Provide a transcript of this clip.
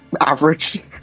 average